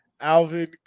Alvin